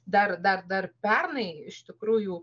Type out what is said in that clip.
dar dar dar pernai iš tikrųjų